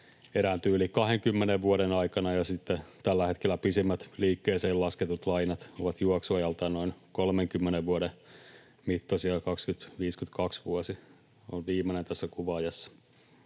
erääntyvät yli 20 vuoden aikana, ja sitten tällä hetkellä pisimmät liikkeeseen lasketut lainat ovat juoksuajaltaan noin 30 vuoden mittaisia: vuosi 2052 on viimeinen tässä kuvaajassa.